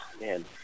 man